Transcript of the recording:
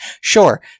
Sure